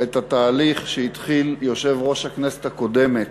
את התהליך שהתחיל יושב-ראש הכנסת הקודמת,